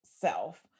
self